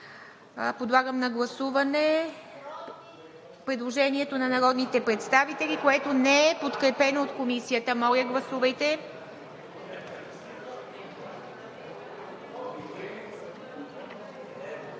Подлагам на гласуване предложението на народните представители, което не е подкрепено от Комисията. Гласували